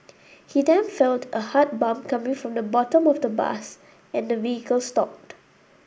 he then felt a hard bump coming from the bottom of the bus and the vehicle stopped